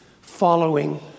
following